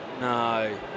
No